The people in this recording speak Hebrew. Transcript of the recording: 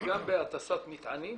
גם בהטסת מטענים,